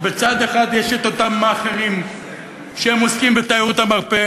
מצד אחד יש אותם מאכערים שעוסקים בתיירות המרפא